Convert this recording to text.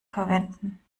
verwenden